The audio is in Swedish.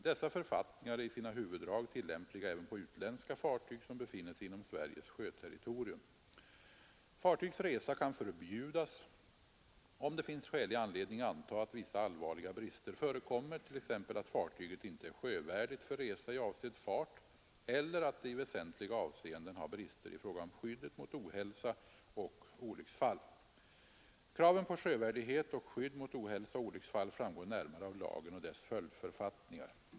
Dessa författningar är i sina huvuddrag tillämpliga även på utländska fartyg, som befinner sig inom Sveriges sjöterritorium. Fartygs resa kan förbjudas om det finns skälig anledning anta att vissa allvarliga brister förekommer, t.ex. att fartyget inte är sjövärdigt för resa i avsedd fart eller att det i väsentliga avseenden har brister i fråga om skyddet mot ohälsa och olycksfall. Kraven på sjövärdighet och skydd mot ohälsa och olycksfall framgår närmare av lagen och dess följdförfattningar.